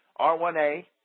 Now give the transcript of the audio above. R1a